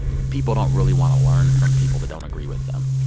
people don't really want to learn from people that don't agree with them.